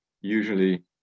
usually